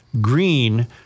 Green